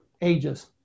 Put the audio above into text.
ages